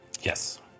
Yes